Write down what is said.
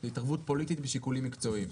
זו התערבות פוליטית בשיקולים מקצועיים.